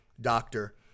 doctor